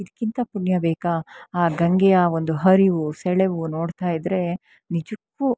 ಇದಕ್ಕಿಂತ ಪುಣ್ಯ ಬೇಕಾ ಆ ಗಂಗೆಯ ಒಂದು ಹರಿವು ಸೆಳೆವು ನೋಡ್ತಾ ಇದ್ರೆ ನಿಜಕ್ಕು